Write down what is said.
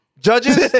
Judges